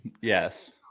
Yes